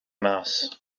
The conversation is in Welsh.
mas